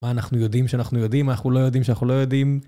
מה אנחנו יודעים שאנחנו יודעים, מה אנחנו לא יודעים שאנחנו לא יודעים.